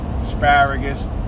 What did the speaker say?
asparagus